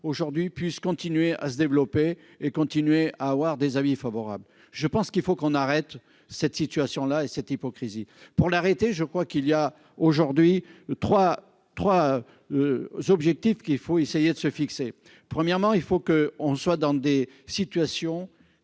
aujourd'hui puisse continuer à se développer et continuer à avoir des avis favorables, je pense qu'il faut qu'on arrête cette situation-là et cette hypocrisie pour l'arrêter, je crois qu'il y a aujourd'hui 3 3 objectifs qu'il faut essayer de se fixer, premièrement, il faut que on soit dans des situations